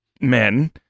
men